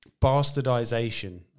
bastardization